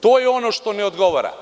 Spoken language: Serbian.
To je ono što ne odgovara.